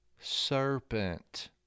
serpent